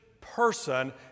person